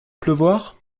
pleuvoir